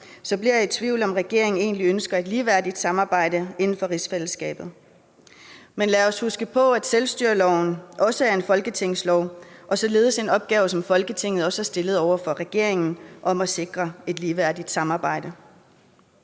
så bliver jeg i tvivl om, om regeringen egentlig ønsker et ligeværdigt samarbejde inden for rigsfællesskabet. Men lad os huske på, at selvstyreloven også er en folketingslov, og at det at sikre et ligeværdigt samarbejde